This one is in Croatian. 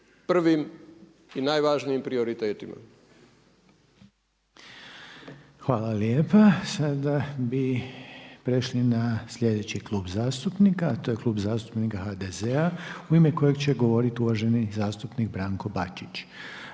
prvim i najvažnijim prioritetima. **Reiner, Željko (HDZ)** Hvala lijepa. Sada bi prešli na sljedeći klub zastupnika, a to je Klub zastupnika HDZ-a u ime kojeg će govoriti uvaženi zastupnik Branko Bačić.